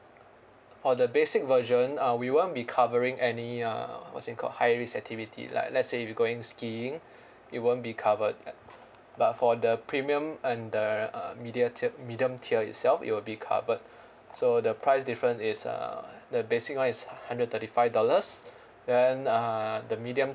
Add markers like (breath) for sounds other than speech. for the basic version uh we won't be covering any uh what's it called high risk activity lah let's say you're going skiing (breath) it won't be covered uh but for the premium and the uh media tier medium tier itself it'll be covered (breath) so the price different is uh the basic one is hundred thirty five dollars (breath) then uh the medium